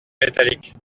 métalliques